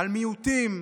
על מיעוטים,